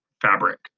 fabric